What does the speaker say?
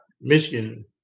Michigan